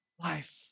life